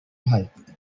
hulk